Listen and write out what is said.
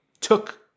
took